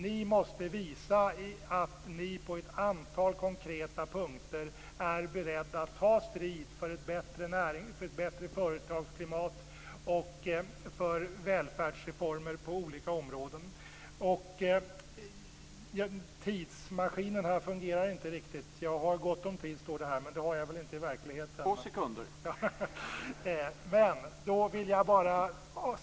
Ni måste visa att ni på ett antal konkreta punkter är beredda att ta strid för ett bättre företagsklimat och för välfärdsreformer på olika områden.